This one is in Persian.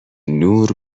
نور